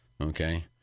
Okay